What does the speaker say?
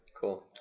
Cool